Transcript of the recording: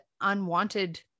unwanted